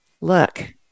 look